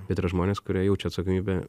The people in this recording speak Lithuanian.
bet yra žmonės kurie jaučia atsakomybę